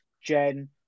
Jen